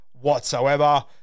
whatsoever